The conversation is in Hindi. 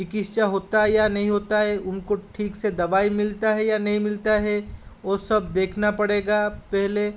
चिकित्सा होता है या नहीं होता है उनको ठीक से दवाई मिलती है या नहीं मिलती है वो सब देखना पड़ेगा पहले